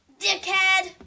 dickhead